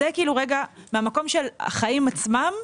זה כאילו רגע מהמקום של החיים עצמם.